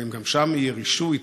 האם גם שם יהיה רישוי,